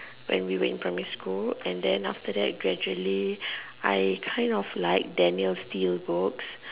when we were in primary school and then after that gradually I kind of like Daniel Steel's books